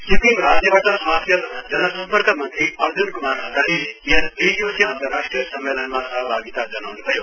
सिक्किम राज्यबाट स्वास्थ्य तथा जनसम्पर्क मन्त्री अर्जुन क्मार घतानीले यस द््इ दिवसीय अन्तर्राष्ट्रीय सम्मेलनमा सहभागिता जनाउन् भयो